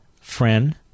friend